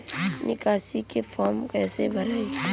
निकासी के फार्म कईसे भराई?